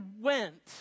went